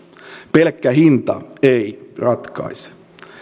pelkkä hinta ei ratkaise